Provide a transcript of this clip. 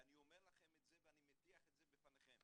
ואני אומר לכם את זה ואני מטיח את זה בפניכם,